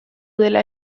dela